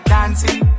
Dancing